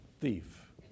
thief